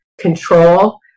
control